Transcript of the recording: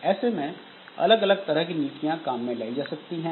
ऐसे में अलग अलग तरह की नीतियां काम में लाई जा सकती हैं